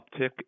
uptick